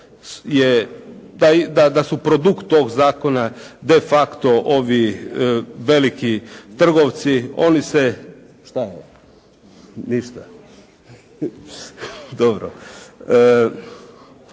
da su produkt tog zakona de facto ovi veliki trgovci. Znači produkt tog zakona po mom